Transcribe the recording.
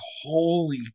holy